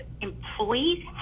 employees